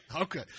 Okay